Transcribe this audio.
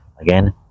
again